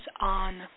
on